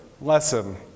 lesson